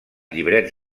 llibrets